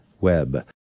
Web